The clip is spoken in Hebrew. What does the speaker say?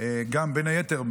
בין היתר,